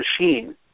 machine